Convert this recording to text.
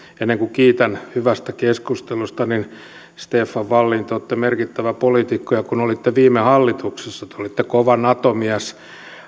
ennen kuin kiitän hyvästä keskustelusta stefan wallin te olette merkittävä poliitikko ja kun olitte viime hallituksessa te olitte kova nato mies